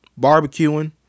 barbecuing